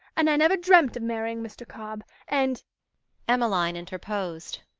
and i never dreamt of marrying mr. cobb. and emmeline interposed.